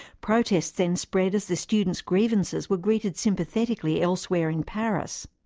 protests then spread as the students' grievances were greeted sympathetically elsewhere in paris.